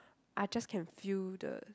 I just can feel the